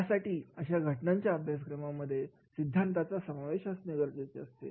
यासाठी अशा घटनांच्या अभ्यासामध्ये सिद्धान्ताचा समावेश असणे गरजेचे आहे